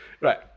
Right